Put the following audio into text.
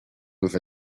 with